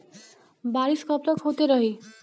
बरिस कबतक होते रही?